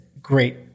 great